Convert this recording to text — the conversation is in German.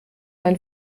ein